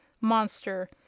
Monster